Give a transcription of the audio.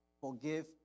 forgive